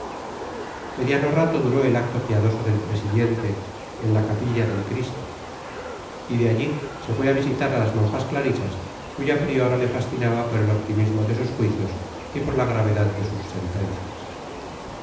mediano rato duró el acto piadoso del presidiente en la capilla del cristo y de allí se fue a visitar a las monjas clarisas cuya priora le fascinaba por el optimismo de sus juicios y por la gravedad de sus sentencias